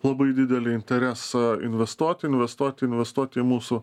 labai didelį interesą investuot investuot investuot į mūsų